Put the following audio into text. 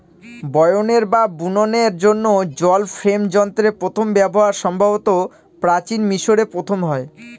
বয়নের বা বুননের জন্য জল ফ্রেম যন্ত্রের প্রথম ব্যবহার সম্ভবত প্রাচীন মিশরে প্রথম হয়